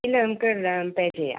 ഇല്ല നമുക്ക് down pay ചെയ്യാം